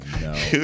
no